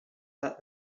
that